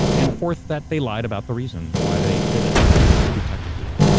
and fourth, that they lied about the reason why they did it. that it was pretextual.